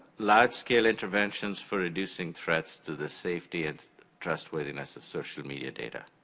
large scale interventions for reducing threats to the safety and trustworthiness of social media data,